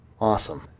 Awesome